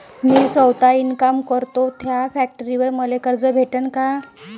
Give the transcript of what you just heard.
मी सौता इनकाम करतो थ्या फॅक्टरीवर मले कर्ज भेटन का?